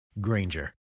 Granger